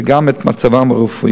אלא גם לא את מצבם הרפואי.